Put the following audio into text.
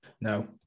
No